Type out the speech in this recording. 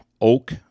Oak